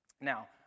Now